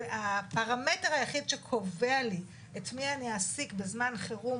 הפרמטר היחיד שקובע לי את מי אני אעסיק בזמן חירום